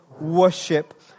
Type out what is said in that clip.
worship